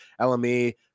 LME